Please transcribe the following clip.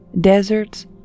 deserts